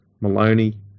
Maloney